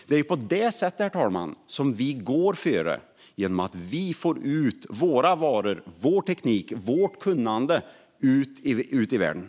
Det är på det sättet, herr talman, som vi går före - genom att föra ut våra varor, vår teknik och vårt kunnande i världen.